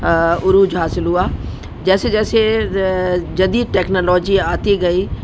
عروج حاصل ہوا جیسے جیسے جدید ٹیکنالوجی آتی گئی